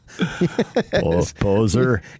poser